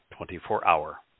24-hour